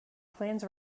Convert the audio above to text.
plans